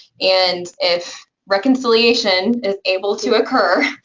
and if reconciliation is able to occur,